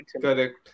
Correct